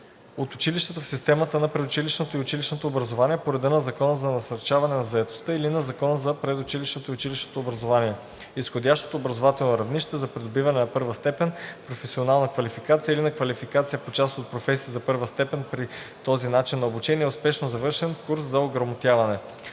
от училищата в системата на предучилищното и училищното образование по реда на Закона за насърчаване на заетостта или на Закона за предучилищното и училищното образование. Изходящото образователно равнище за придобиване на първа степен професионална квалификация или на квалификация по част от професия за първа степен при този начин на обучение е успешно завършен курс за ограмотяване.“